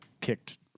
kicked